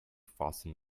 fasten